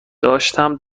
داشتم